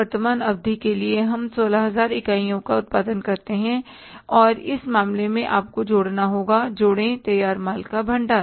वर्तमान अवधि में हम 16000 इकाइयों का उत्पादन करते हैं और इस मामले में आप को जोड़ना होगा जोड़ें तैयार माल का भंडार